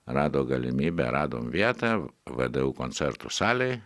rado galimybę radom vietą vdu koncertų salėj